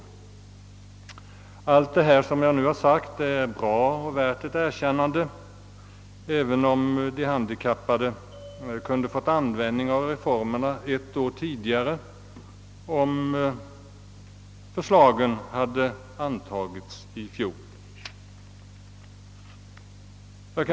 Allt detta som jag nu sagt är bra och värt ett erkännande, även om de handikappade kunde fått användning för reformerna ett år tidigare om förslagen hade antagits i fjol.